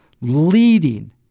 leading